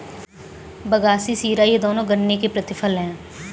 बगासी शीरा ये दोनों गन्ने के प्रतिफल हैं